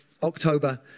October